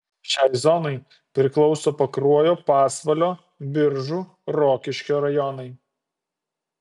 šiai zonai priklauso pakruojo pasvalio biržų rokiškio rajonai